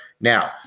Now